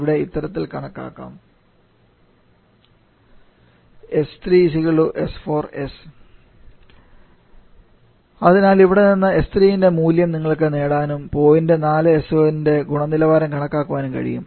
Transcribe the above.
അത് ഇത്തരത്തിൽ കണക്കാക്കാം s3 s4s അതിനാൽ ഇവിടെ നിന്ന് s3 ന്റെ മൂല്യം നിങ്ങൾക്ക് നേടാനും പോയിന്റ് 4s ന്റെ ഗുണനിലവാരം കണക്കാക്കാനും കഴിയും